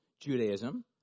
Judaism